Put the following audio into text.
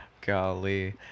Golly